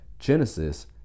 Genesis